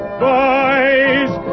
boys